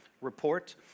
report